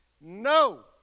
no